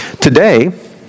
Today